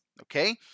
okay